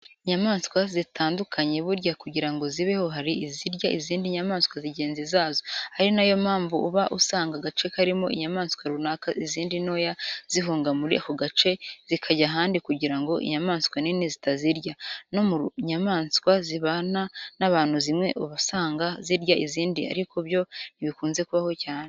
Inyamaswa zitandukanye burya kugira ngo zibeho hari izirya izindi nyamaswa zigenzi zazo. Ari na yo mpamvu uba usanga agace karimo inyamaswa runaka izindi ntoya zihunga muri ako gace zikajya ahandi kugira ngo inyamaswa nini zitazazirya. No mu nyamaswa zibana n'abantu zimwe uba usanga zirya izindi ariko byo ntibikunze kubaho cyane.